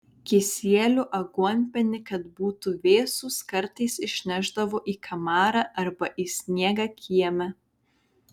kisielių aguonpienį kad būtų vėsūs kartais išnešdavo į kamarą arba į sniegą kieme